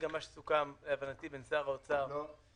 זה גם מה שסוכם בין שר האוצר --- לא,